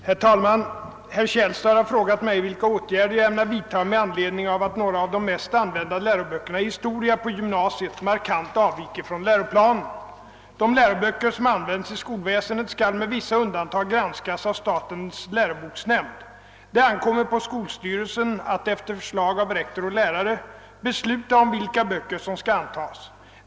Herr talman! Herr Källstad har frågat mig, vilka åtgärder jag ämnar vidta med anledning av att några av de mest använda läroböckerna i historia på gymnasiet markant avviker från läroplanen. De läroböcker som används i skolväsendet skall med vissa undantag granskas av statens läroboksnämnd. Det ankommer på skolstyrelsen att, efter förslag av rektor och lärare, besluta om vilka böcker som skall antas.